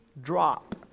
drop